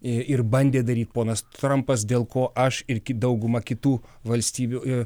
ir bandė daryti ponas trampas dėl ko aš ir dauguma kitų valstybių